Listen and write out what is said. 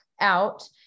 out